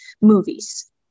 movies